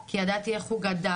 כי ידעתי איך הוא גדל,